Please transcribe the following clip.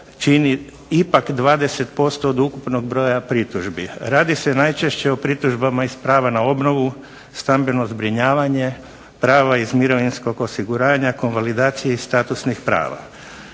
čini ipak 20% od ukupnog broja pritužbi. Radi se najčešće o pritužbama iz prava na obnovu, stambeno zbrinjavanje, prava iz mirovinskog osiguranja, konvalidacije i statusnih prava.